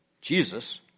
Jesus